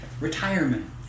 retirement